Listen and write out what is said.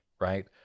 right